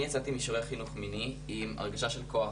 אני יצאתי משיעורי חינוך מיני עם הרגשה של כוח.